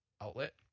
outlet